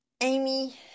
Amy